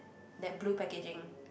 that blue packaging